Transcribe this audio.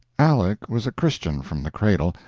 aleck was a christian from the cradle,